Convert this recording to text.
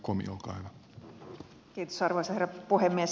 kiitos arvoisa herra puhemies